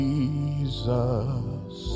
Jesus